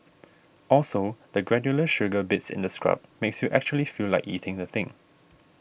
also the granular sugar bits in the scrub makes you actually feel like eating the thing